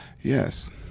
Yes